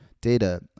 data